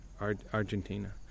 Argentina